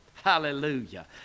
hallelujah